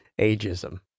Ageism